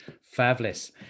fabulous